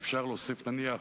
אפשר להוסיף, נניח,